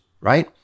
right